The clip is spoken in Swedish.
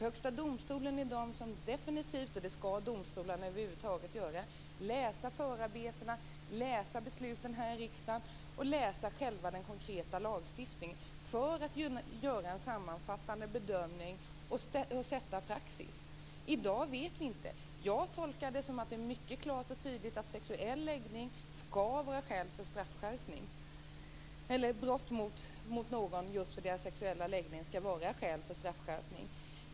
Högsta domstolen, och över huvud taget alla domstolar, skall definitivt läsa förarbetena, besluten här i riksdagen och den konkreta lagstiftningen för att göra en sammanfattande bedömning och sätta praxis. I dag vet vi inte. Jag tolkar det som att det är mycket klart och tydligt att brott mot någon människa just på grund av dennes sexuella läggning skall vara skäl för straffskärpning.